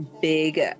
big